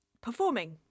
performing